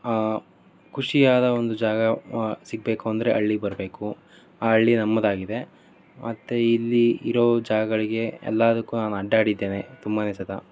ಖುಷಿಯಾದ ಒಂದು ಜಾಗ ಸಿಗಬೇಕು ಅಂದರೆ ಹಳ್ಳಿಗ್ ಬರಬೇಕು ಆ ಹಳ್ಳಿ ನಮ್ಮದಾಗಿದೆ ಮತ್ತೆ ಇಲ್ಲಿ ಇರೋ ಜಾಗಗಳಿಗೆ ಎಲ್ಲದಕ್ಕು ನಾನು ಅಡ್ಡಾಡಿದ್ದೇನೆ ತುಂಬ ಸಲ